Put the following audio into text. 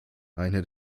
eine